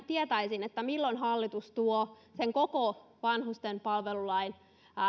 tietäisin milloin hallitus tuo koko vanhustenpalvelulain